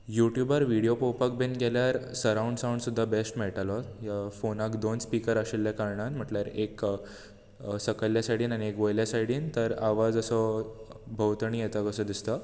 युट्यूबार व्हिडीयो पळोवपाक बीन गेल्यार सावंड सुद्दां बेश्ट मेळटालो ह्या फोनाक दोन स्पिकर आशिल्ल्या कारणान म्हटल्यार एक सकयल्ल्या सायडीन आनी एक वयल्या सायडीन तर आवाज असो भोंवतणी येता कसो दिसता